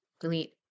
delete